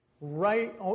right